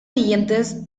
siguientes